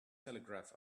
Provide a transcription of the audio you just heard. telegraph